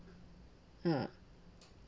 uh